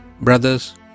Brothers